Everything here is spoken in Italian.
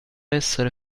essere